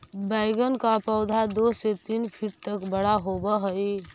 बैंगन का पौधा दो से तीन फीट तक बड़ा होव हई